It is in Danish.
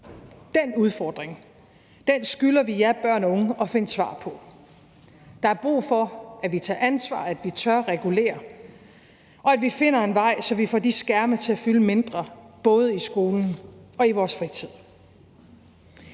Den udfordring skylder vi jer børn og unge at finde svar på. Der er brug for, at vi tager ansvar, at vi tør regulere, og at vi finder en vej, så vi får de skærme til at fylde mindre, både i skolen og i vores fritid.